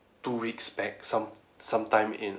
two weeks back some~ some time in